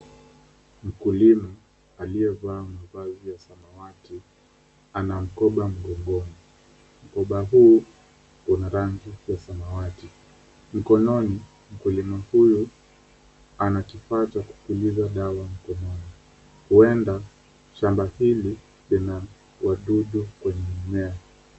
Mkulima aliyevaa mavazi ya samawati ana mkoba mgongoni. Mkoba huu una rangi ya samawati. Mkononi, mkulima huyu ana kifaa cha kupuliza dawa mkononi huenda shamba hili lina wadudu kwenye mimea.